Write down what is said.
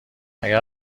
اگه